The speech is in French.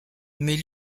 mais